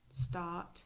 start